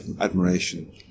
admiration